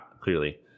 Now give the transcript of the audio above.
clearly